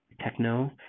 techno